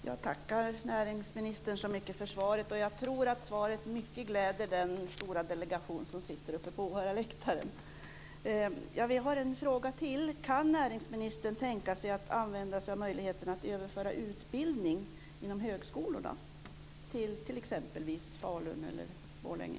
Herr talman! Jag tackar näringsministern så mycket för svaret. Jag tror att svaret är mycket glädjande för den stora delegation som sitter uppe på åhörarläktaren. Jag har en fråga till: Kan näringsministern tänka sig att använda möjligheten att överföra utbildning inom högskolorna till exempelvis Falun eller Borlänge?